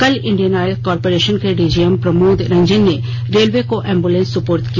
कल Indian oil corporation के DGM Pramod Ranjan ने रेलवे को एम्बुलेंस सुपुर्द किया